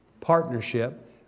partnership